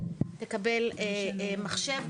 ניתן מחשב,